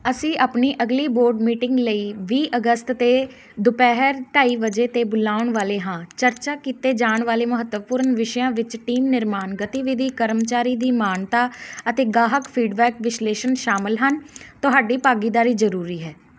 ਅਸੀਂ ਆਪਣੀ ਅਗਲੀ ਬੋਰਡ ਮੀਟਿੰਗ ਲਈ ਵੀਹ ਅਗਸਤ ਅਤੇ ਦੁਪਹਿਰ ਢਾਈ ਵਜੇ 'ਤੇ ਬੁਲਾਉਣ ਵਾਲੇ ਹਾਂ ਚਰਚਾ ਕੀਤੇ ਜਾਣ ਵਾਲੇ ਮਹੱਤਵਪੂਰਨ ਵਿਸ਼ਿਆਂ ਵਿੱਚ ਟੀਮ ਨਿਰਮਾਣ ਗਤੀਵਿਧੀ ਕਰਮਚਾਰੀ ਦੀ ਮਾਨਤਾ ਅਤੇ ਗਾਹਕ ਫੀਡਬੈਕ ਵਿਸ਼ਲੇਸ਼ਣ ਸ਼ਾਮਲ ਹਨ ਤੁਹਾਡੀ ਭਾਗੀਦਾਰੀ ਜ਼ਰੂਰੀ ਹੈ